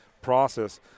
process